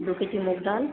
দু কেজি মুগ ডাল